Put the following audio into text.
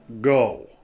go